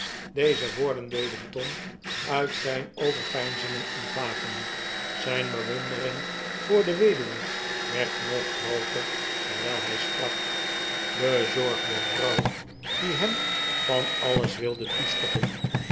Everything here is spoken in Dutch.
deze woorden deden tom uit zijn overpeinzingen ontwaken zijn bewondering voor de weduwe werd nog grooter terwijl zij sprak bezorgde vrouw die hem van alles wilde toestoppen